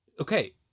Okay